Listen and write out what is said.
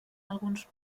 alguns